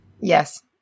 Yes